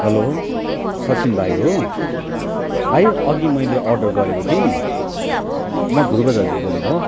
hello Sachin भाइ हो भाइ अघि मैले अर्डर गरेको थिएँ नि म धुर्ब दाजु बोलेको